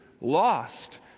lost